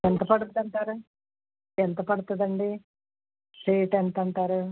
ఎంత పడుతుంది అంటారు ఎంత పడుతుందండి రేట్ ఎంత అంటారు